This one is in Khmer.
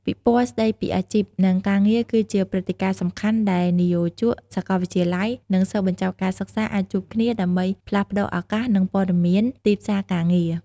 ពិព័រណ៍ស្ដីពីអាជីព និងការងារគឺជាព្រឹត្តិការណ៍សំខាន់ដែលនិយោជក សាកលវិទ្យាល័យ និងសិស្សបញ្ចប់ការសិក្សាអាចជួបគ្នាដើម្បីផ្លាស់ប្តូរឱកាស និងព័ត៌មានទីផ្សារការងារ។